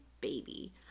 baby